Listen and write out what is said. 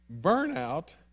burnout